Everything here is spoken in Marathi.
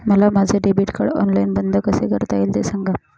मला माझे डेबिट कार्ड ऑनलाईन बंद कसे करता येईल, ते सांगा